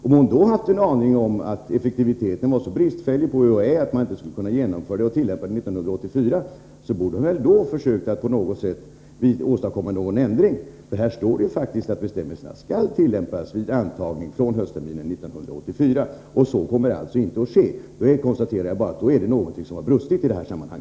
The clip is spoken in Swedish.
Om statsrådet då hade en aning om att effektiviteten på UHÄ var så bristfällig att man inte skulle kunna tillämpa de nya reglerna 1984, borde hon vid det tillfället försökt att på något sätt åstadkomma en förändring. Det står ju faktiskt i förordningen att bestämmelserna skall tillämpas fr.o.m. antagning till höstterminen 1984. Så kommer alltså inte att ske. Jag konstaterar då bara att det är någonting som brustit i detta sammanhang.